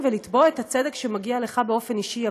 ולתבוע את הצדק שמגיע לך באופן אישי.